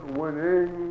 winning